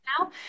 now